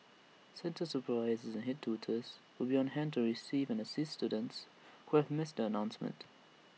centre supervisors and Head tutors will be on hand to receive and assist students who have missed the announcement